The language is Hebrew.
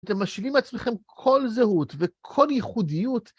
אתם משילים מעצמכם כל זהות וכל ייחודיות.